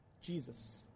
Jesus